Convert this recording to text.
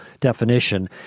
definition